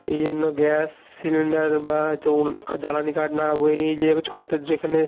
এই জন্য gas cylinder বা চৌন জ্বালানি কাঠ না বয়ে নিয়ে যেয়ে হয়তো তো যেখানে